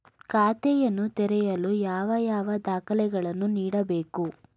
ಖಾತೆಯನ್ನು ತೆರೆಯಲು ಯಾವ ಯಾವ ದಾಖಲೆಗಳನ್ನು ನೀಡಬೇಕು?